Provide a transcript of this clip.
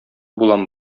булам